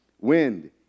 wind